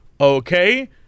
okay